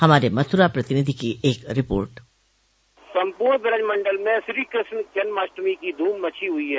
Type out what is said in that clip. हमारे मथुरा प्रतिनिधि की एक रिपोर्ट सम्पूर्ण बज मंडल में श्रीकृष्ण जन्माष्टमी की धूम मची हुई है